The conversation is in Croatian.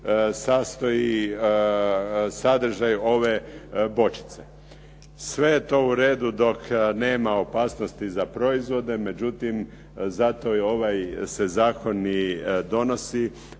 sastoji sadržaj ove bočice. Sve je to u redu dok nema opasnosti za proizvode, međutim zato je ovaj, se zakon i donosi.